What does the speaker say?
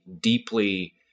deeply –